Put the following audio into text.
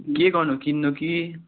के गर्नु किन्नु कि